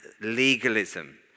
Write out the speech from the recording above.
legalism